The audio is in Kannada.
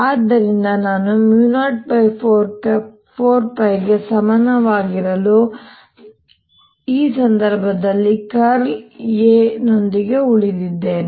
ಆದ್ದರಿಂದ ನಾನು 04π ಗೆ ಸಮಾನವಾಗಿರಲು ನಮ್ಮ ಸಂದರ್ಭದಲ್ಲಿ ಕರ್ಲ್ ನೊಂದಿಗೆ ಉಳಿದಿದ್ದೇನೆ